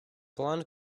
blond